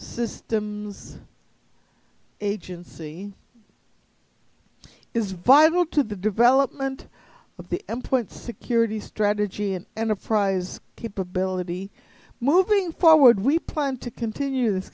systems agency is vital to the development of the employment security strategy and enterprise capability moving forward we plan to continue this